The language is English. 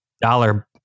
dollar